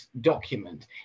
document